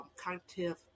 cognitive